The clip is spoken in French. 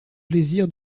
plaisir